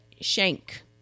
Shank